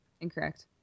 incorrect